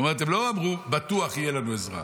זאת אומרת, הם לא אמרו: בטוח תהיה לנו עזרה.